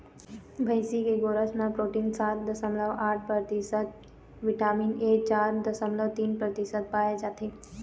भइसी के गोरस म प्रोटीन सात दसमलव आठ परतिसत, बिटामिन ए चार दसमलव तीन परतिसत पाए जाथे